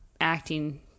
acting